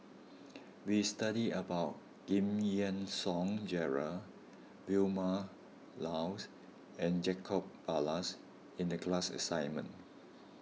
we studied about Giam Yean Song Gerald Vilma Laus and Jacob Ballas in the class assignment